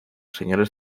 señores